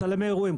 צלמי אירועים,